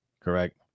Correct